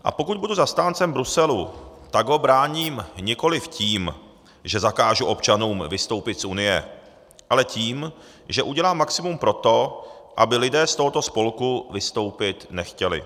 A pokud budu zastáncem Bruselu, tak ho bráním nikoliv tím, že zakážu občanům vystoupit z Unie, ale tím, že udělám maximum pro to, aby lidé z tohoto spolku vystoupit nechtěli.